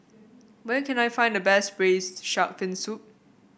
where can I find the best Braised Shark Fin Soup